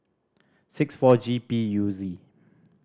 six four G P U Z